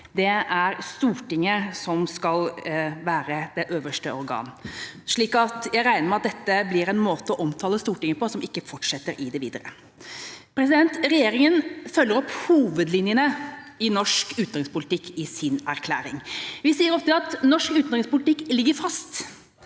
det er Stortinget som skal være det øverste organ. Jeg regner med at dette er en måte å omtale Stortinget på som ikke vil fortsette videre. Regjeringa følger opp hovedlinjene i norsk utenrikspolitikk i sin erklæring. Vi sier ofte at norsk utenrikspolitikk ligger fast.